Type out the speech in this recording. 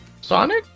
Sonic